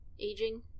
aging